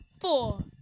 Four